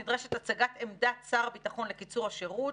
נדרשת הצגת עמדת שר הביטחון לקיצור השירות,